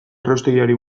erraustegiari